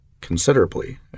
considerably